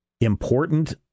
important